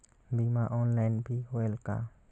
बीमा ऑनलाइन भी होयल का?